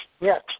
Yes